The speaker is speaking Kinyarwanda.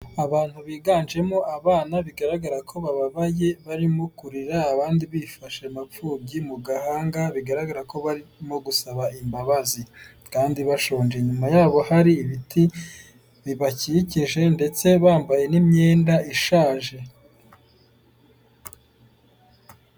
Abantu biganjemo abana bigaragara ko bababaye, barimo kurira abandi bifashe mapfubyi, mu gahanga bigaragara ko barimo gusaba imbabazi kandi bashonje, inyuma yabo hari ibiti bibakikije ndetse bambaye n'imyenda ishaje.